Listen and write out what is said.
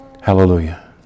Hallelujah